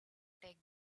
take